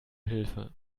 hilfe